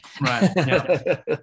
Right